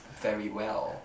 very well